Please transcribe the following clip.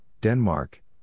Denmark